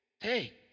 Hey